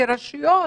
כרשויות,